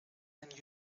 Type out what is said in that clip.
and